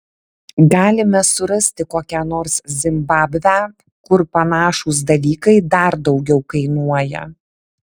galime surasti kokią nors zimbabvę kur panašūs dalykai dar daugiau kainuoja